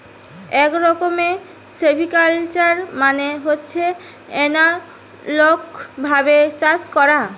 এক রকমের সিভিকালচার মানে হচ্ছে এনালগ ভাবে চাষ করা